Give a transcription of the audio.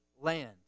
land